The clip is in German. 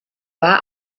war